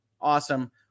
Awesome